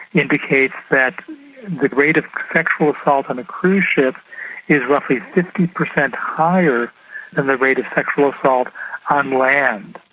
indicates that the rate of sexual assault on a cruise ship is roughly fifty per cent higher than the rate of sexual assault on land.